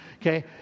Okay